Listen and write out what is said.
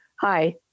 hi